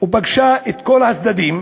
ופגשה את כל הצדדים